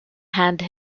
hand